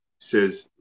says